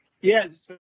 Yes